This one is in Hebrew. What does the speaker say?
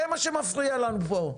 זה מה שמפריע לנו פה.